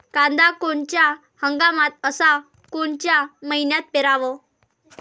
कांद्या कोनच्या हंगामात अस कोनच्या मईन्यात पेरावं?